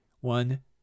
one